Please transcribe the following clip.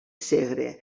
segre